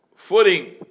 Footing